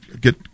get